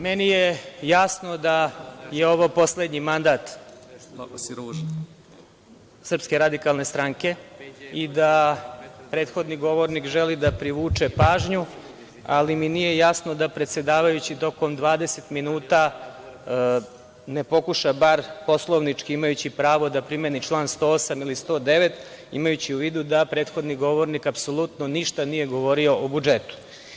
Meni je jasno da je ovo poslednji mandat SRS i da prethodni govornik želi da privuče pažnju, ali mi nije jasno da predsedavajući tokom 20 minuta ne pokuša bar poslovnički, imajući pravo da primeni član 108. ili 109, imajući u vidu da prethodni govornik apsolutno ništa nije govorio o budžetu.